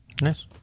Nice